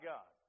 God